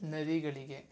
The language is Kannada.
ನದಿಗಳಿಗೆ